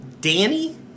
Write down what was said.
danny